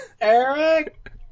Eric